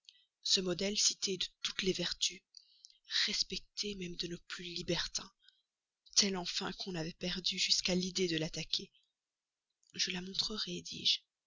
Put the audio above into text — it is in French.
ce modèle cité de toutes les vertus respectée même de nos plus libertins telle enfin qu'on avait perdu jusqu'à l'idée de l'attaquer je la montrerai